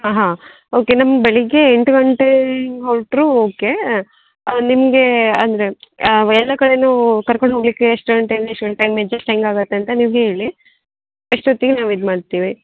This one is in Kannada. ಹಾಂ ಹಾಂ ಓಕೆ ನಮ್ಗೆ ಬೆಳಗ್ಗೆ ಎಂಟು ಗಂಟೆ ಹಿಂಗ್ ಹೊರಟ್ರು ಓಕೆ ನಿಮಗೆ ಅಂದರೆ ಎಲ್ಲ ಕಡೆ ಕರ್ಕೊಂಡು ಹೋಗ್ಲಿಕೆ ಎಷ್ಟು ಗಂಟೆ ಇಂದಾ ಎಷ್ಟು ಗಂಟೆ ಟೈಮ್ ಅಜೆಷ್ಟ್ ಹೆಂಗೆ ಆಗುತ್ತೆ ಅಂತಾ ನೀವು ಹೇಳಿ ಅಷ್ಟೊತ್ತಿಗೆ ನಾವು ಇದು ಮಾಡ್ತೀವಿ